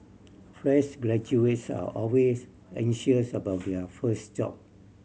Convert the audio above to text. fresh graduates are always anxious about their first job